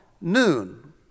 noon